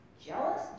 jealous